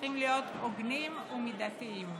צריכים להיות הוגנים ומידתיים.